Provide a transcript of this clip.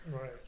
Right